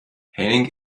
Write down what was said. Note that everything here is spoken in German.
henning